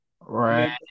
Right